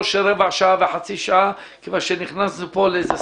לא של רבע שעה וחצי שעה - כיוון שנכנסנו כאן לאיזה